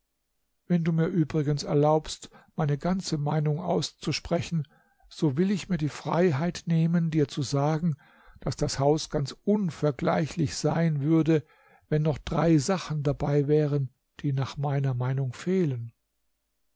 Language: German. wenn du mir übrigens erlaubst meine ganze meinung auszusprechen so will ich mir die freiheit nehmen dir zu sagen daß das haus ganz unvergleichlich sein würde wenn noch drei sachen dabei wären die nach meiner meinung fehlen